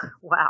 wow